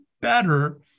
better